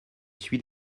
suit